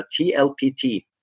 TLPT